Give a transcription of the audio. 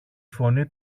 φωνή